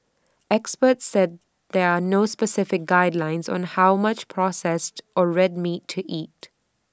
experts said there are no specific guidelines on how much processed or red meat to eat